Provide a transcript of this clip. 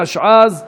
התשע"ז 2017,